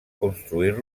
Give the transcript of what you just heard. construir